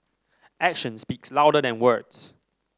action speaks louder than words